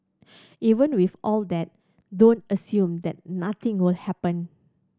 even with all that don't assume that nothing will happen